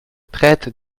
traite